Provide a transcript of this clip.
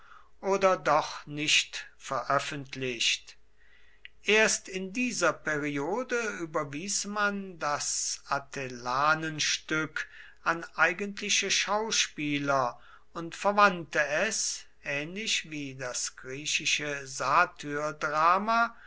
oder doch nicht veröffentlicht erst in dieser periode überwies man das atellanenstück an eigentliche schauspieler und verwandte es ähnlich wie das griechische satyrdrama